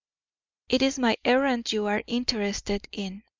it is my errand you are interested in,